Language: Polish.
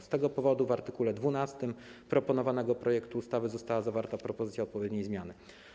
Z tego powodu w art. 12 proponowanego projektu ustawy została zawarta propozycja odpowiedniej zmiany.